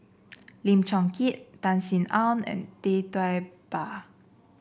Lim Chong Keat Tan Sin Aun and Tee Tua Ba